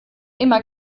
immer